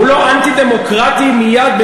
הוא לא אנטי-דמוקרטי מייד,